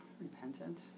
Repentant